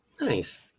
Nice